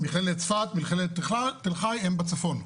מכללת צפת, מכללת תל חי הן בצפון.